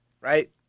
Right